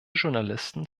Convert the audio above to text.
journalisten